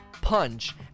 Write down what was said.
Punch